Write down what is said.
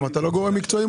אתה לא גורם מקצועי?